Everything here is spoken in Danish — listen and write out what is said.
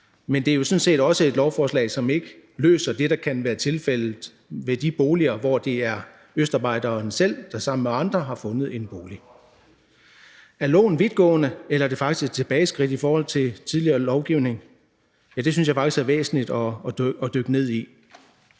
Men det er jo sådan set også et lovforslag, som ikke løser det, der kan være tilfældet ved de boliger, hvor det er østarbejderen selv, der sammen med andre har fundet en bolig. Er loven vidtgående, eller er det faktisk et tilbageskridt i forhold til tidligere lovgivning? Ja, det synes jeg faktisk er væsentligt at dykke ned i.